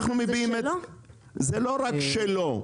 אנחנו מביעים -- זה לא רק שלו.